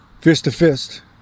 fist-to-fist